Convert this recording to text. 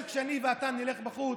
כשאני ואתה נלך בחוץ,